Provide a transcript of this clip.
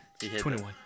21